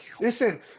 Listen